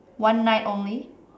one night only